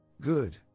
good